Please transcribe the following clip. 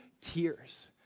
tears